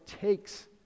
takes